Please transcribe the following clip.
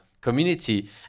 community